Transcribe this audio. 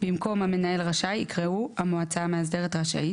במקום "המנהל רשאי" יקראו "המועצה המאסדרת רשאית"